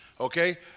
Okay